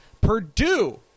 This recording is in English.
Purdue